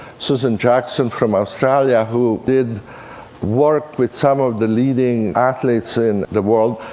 susan jackson from australia, who did work with some of the leading athletes in the world.